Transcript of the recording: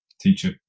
teacher